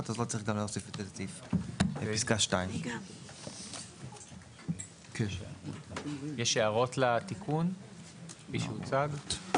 1. אז לא צריך להוסיף את זה לסעיף בפסקה 2. יש הערות לתיקון כפי שהוצג?